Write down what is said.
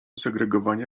segregowania